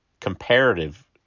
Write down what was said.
comparative